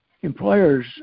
employers